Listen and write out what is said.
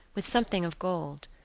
with something of gold.